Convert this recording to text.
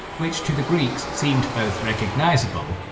which to the greeks seemed both recognizable,